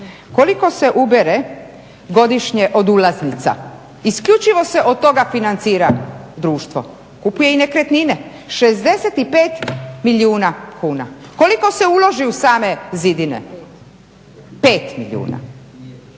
Koliko se ubere godišnje od ulaznica? Isključivo se od toga financira društvo, kupuju i nekretnine, 65 milijuna kuna. Koliko se uloži u same zidine? 5 milijuna.